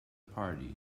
party